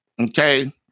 Okay